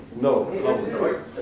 no